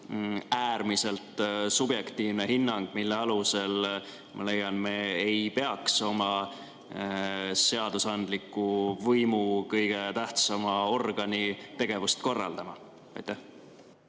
äärmiselt subjektiivne hinnang, mille alusel, ma leian, me ei peaks oma seadusandliku võimu kõige tähtsama organi tegevust korraldama. Hea